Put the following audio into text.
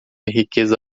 riqueza